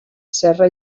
serra